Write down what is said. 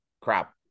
crap